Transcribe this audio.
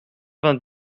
vingt